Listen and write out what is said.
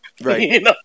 Right